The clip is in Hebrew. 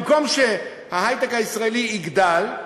במקום שההיי-טק הישראלי יגדל,